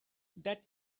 that